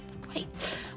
Great